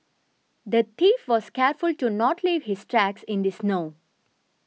the thief was careful to not leave his tracks in the snow